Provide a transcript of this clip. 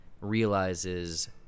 realizes